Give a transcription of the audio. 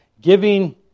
giving